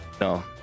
No